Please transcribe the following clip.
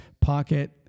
pocket